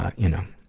ah you know,